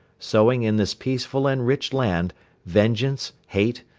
sowing in this peaceful and rich land vengeance, hate,